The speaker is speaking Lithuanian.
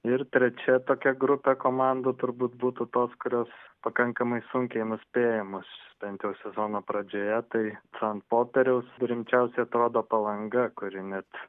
ir trečia tokia grupė komandų turbūt būtų tos kurios pakankamai sunkiai nuspėjamos bent jau sezono pradžioje tai ant popieriaus rimčiausiai atrodo palanga kuri net